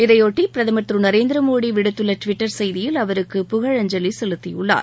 இதையொட்டி பிரதமர் திரு நரேந்திரமோடி விடுத்துள்ள டிவிட்டர் செய்தியில் அவருக்கு புகழஞ்சலி செலுத்தியுள்ளார்